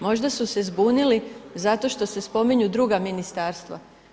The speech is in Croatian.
Možda su se zbunili zato što se spominju druga ministarstva.